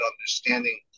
understanding